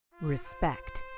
Respect